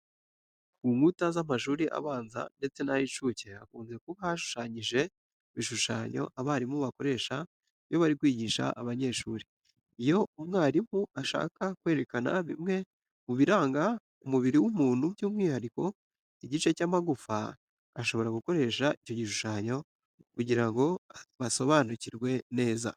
Ku nkuta z'amashuri abanza ndetse n'ay'incuke hakunze kuba hashushanyije ibishushanyo abarimu bakoresha iyo bari kwigisha abanyeshuri. Iyo umwarimu ashaka kwerekana bimwe mu biranga umubiri w'umuntu by'umwihariko igice cy'amagufa, ashobora gukoresha icyo gishushanyo kugira ngo basobanukirwe neza.